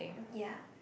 ya